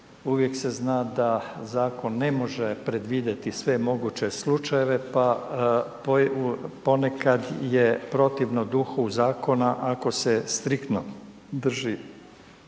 uvijek se zna da zakon ne može predvidjeti sve moguće slučajeve, pa ponekad je protivno duhu zakona ako se striktno drže